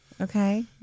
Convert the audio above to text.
okay